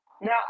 now